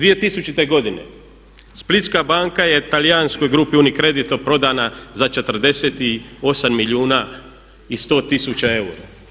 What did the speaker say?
2000. godine Splitska banka je talijanskoj grupi UNICREDIT to prodana za 48 milijuna i 100 tisuća eura.